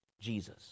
Jesus